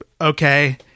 okay